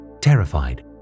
Terrified